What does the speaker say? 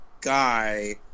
guy